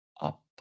up